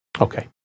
Okay